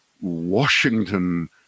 Washington